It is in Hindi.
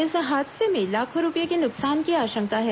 इस हादसे में लाखों रूपये के नुकसान की आशंका है